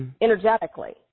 Energetically